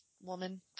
woman